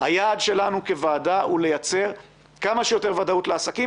היעד שלנו בוועדה הוא לייצר כמה שיותר ודאות לעסקים